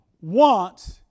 wants